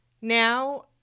Now